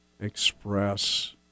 express